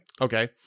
Okay